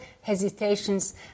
hesitations